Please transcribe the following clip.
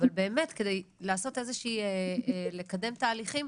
אבל באמת כדי לקדם תהליכים,